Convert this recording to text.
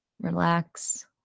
relax